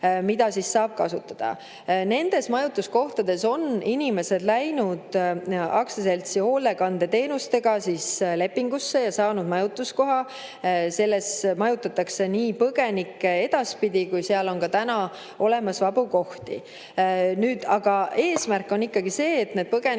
mida saab kasutada. Nendes majutuskohtades on inimesed [sõlminud] aktsiaseltsiga Hoolekandeteenused lepingu ja saanud majutuskoha. Seal majutatakse põgenikke edaspidi ja seal on ka täna olemas vabu kohti. Aga eesmärk on ikkagi see, et need põgenikud